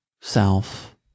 self